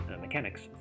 mechanics